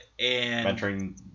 mentoring